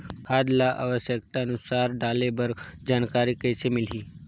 खाद ल आवश्यकता अनुसार डाले बर जानकारी कइसे मिलही?